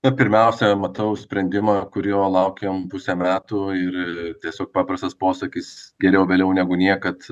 na pirmiausia matau sprendimą kurio laukėm pusę metų ir ir ir tiesiog paprastas posakis geriau vėliau negu niekad